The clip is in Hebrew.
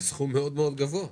זה סכום גבוה מאוד.